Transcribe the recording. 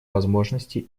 возможности